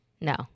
No